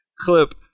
clip